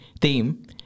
theme